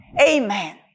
Amen